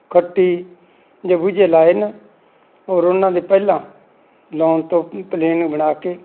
ਖੱਟੀ ਜੇ ਬੁੱਝੇ ਲਾਏ ਹਨ ਔਰ ਉਹਨਾਂ ਦੇ ਪਹਿਲਾਂ ਲਾਉਣ ਤੋਂ ਪਲੇਨ ਨੂੰ ਬਣਾ ਕੇ